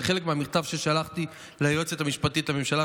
זה חלק מהמכתב ששלחתי ליועצת המשפטית לממשלה,